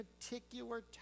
particular